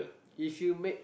you should make